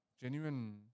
genuine